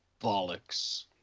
bollocks